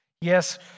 Yes